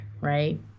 right